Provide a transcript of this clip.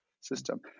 system